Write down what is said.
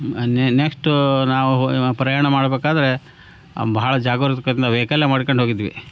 ನೆ ನೆಕ್ಸ್ಟು ನಾವು ಪ್ರಯಾಣ ಮಾಡಬೇಕಾದ್ರೆ ಬಹಳ ಜಾಗರೂಕತೆಯಿಂದ ವೈಕಲ್ಲೆ ಮಾಡ್ಕೊಂಡು ಹೋಗಿದ್ವಿ